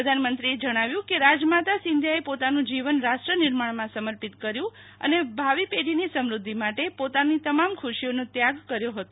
પ્રધાનમંત્રીએ જણાવ્યું કે રાજમાતા સિંધિયાએ પોતાનું જીવન રાષ્ટ્ર્વનિર્માણમાં સમર્પિત કર્યું અને ભાવિપેઢીની સમૃદ્ધિ માટે પોતાના તમામ ખુશીઓનો ત્યાગ કર્યો હતો